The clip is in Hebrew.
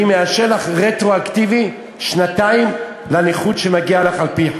אני מאשר לך רטרואקטיבית שנתיים קצבאות נכות שמגיעות לך על-פי חוק.